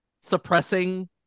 suppressing